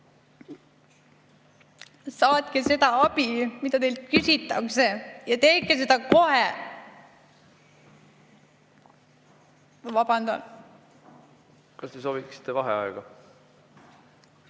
Saatke seda abi, mida teilt küsitakse, ja tehke seda kohe! Ma vabandan. Kas te sooviksite vaheaega?